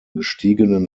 gestiegenen